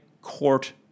court